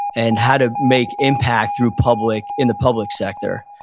and how to make impact through public, in the public sector.